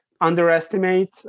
underestimate